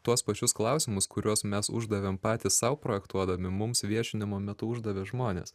tuos pačius klausimus kuriuos mes uždavėm patys sau projektuodami mums viešinimo metu uždavė žmonės